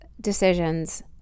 decisions